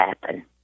happen